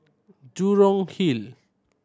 Jurong Hill